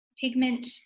pigment